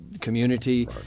community